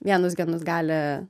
vienus genus gali